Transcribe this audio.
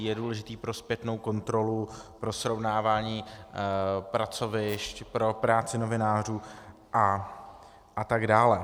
Je důležitý pro zpětnou kontrolu, pro srovnávání pracovišť, pro práci novinářů a tak dále.